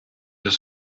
your